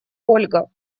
ольга